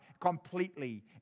completely